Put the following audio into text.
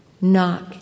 Knock